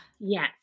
Yes